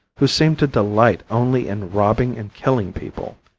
who seems to delight only in robbing and killing people.